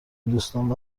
دوستام